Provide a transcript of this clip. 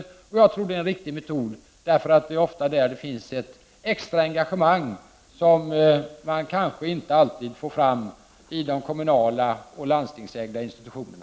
Detta är enligt min mening en riktig metod, eftersom det ofta är inom de frivilliga organisationerna som det finns ett extra engagemang, som kanske inte alltid går att få fram i de kommunala och landstingsägda institutionerna.